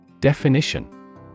Definition